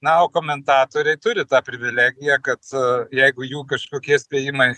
na o komentatoriai turi tą privilegiją kad a jeigu jų kažkokie spėjimai